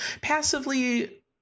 passively